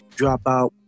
dropout